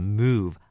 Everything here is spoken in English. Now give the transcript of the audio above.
move